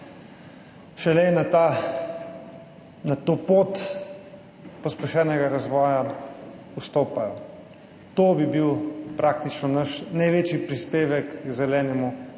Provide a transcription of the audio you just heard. ki na to pot pospešenega razvoja šele vstopajo. To bi bil praktično naš največji prispevek k zelenemu